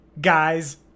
guys